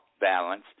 balance